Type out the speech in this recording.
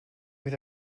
with